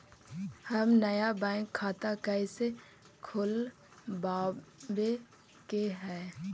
हम नया बैंक खाता कैसे खोलबाबे के है?